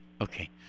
Okay